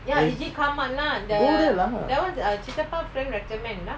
go there lah